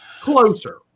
Closer